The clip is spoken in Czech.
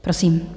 Prosím.